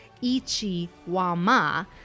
Ichi-wa-ma